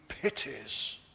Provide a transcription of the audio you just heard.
pities